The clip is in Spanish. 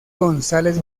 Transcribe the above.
gonzález